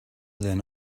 then